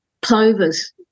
plovers